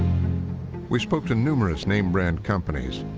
we spoke to numerous name-brand companies,